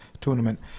tournament